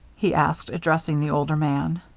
he asked, addressing the older man.